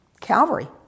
Calvary